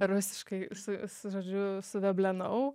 rusiškai su žodžiu suveblenau